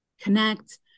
connect